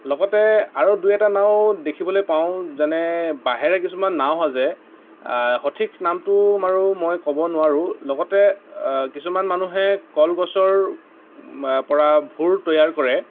লগতে আৰু দুই এটা নাও দেখিবলে পাওঁ যেনে বাঁহেৰে কিছুমান নাও সাজে সঠিক নামটো বাৰু মই ক'ব নোৱাৰোঁ লগতে কিছুমান মানুহে কলগছৰ পৰা ভূৰ তৈয়াৰ কৰে